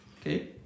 Okay